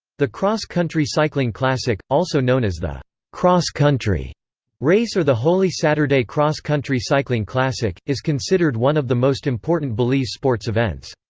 the cross country cycling classic, also known as the cross country race or the holy saturday cross country cycling classic, is considered one of the most important belize sports events.